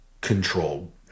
control